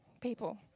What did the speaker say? people